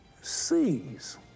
Sees